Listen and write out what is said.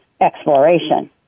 exploration